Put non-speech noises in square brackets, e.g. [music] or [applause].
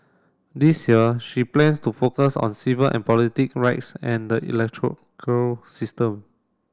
this year she plans to focus on civil and politic rights and the [unintelligible] system